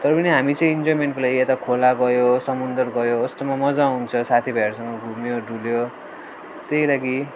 तर पनि हामी चाहिँ इन्जयमेन्टको लागि यता खोला गयो समुद्र गयो यस्तोमा मजा आउँछ साथीभाइहरूसँग घुम्यो डुल्यो त्यही लागि